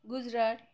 Gujarat